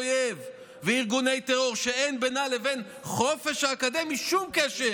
אויב וארגוני טרור ואין בינה לבין חופש אקדמי שום קשר.